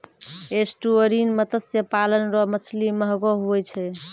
estuarine मत्स्य पालन रो मछली महगो हुवै छै